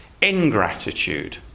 ingratitude